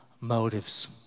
motives